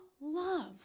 love